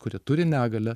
kurie turi negalią